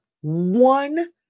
one